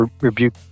rebuke